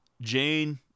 Jane